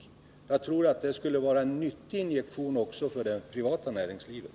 Jag tror att det skulle vara en nyttig injektion också för det privata näringslivet.